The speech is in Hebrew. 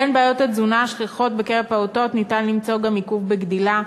בין בעיות התזונה השכיחות בקרב פעוטות ניתן למצוא גם עיכוב בגדילה,